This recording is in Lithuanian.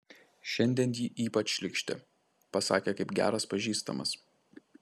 šiandien ji ypač šlykšti pasakė kaip geras pažįstamas